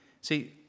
See